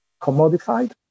commodified